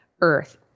Earth